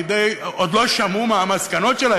עוד לא שמעו מה המסקנות שלה,